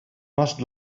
must